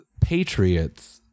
Patriots